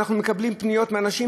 אנחנו מקבלים פניות מאנשים,